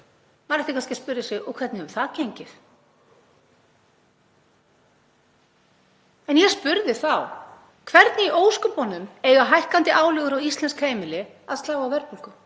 Maður ætti kannski að spyrja sig: Hvernig hefur það gengið? En ég spurði þá: Hvernig í ósköpunum eiga hækkandi álögur á íslensk heimili að slá á verðbólgu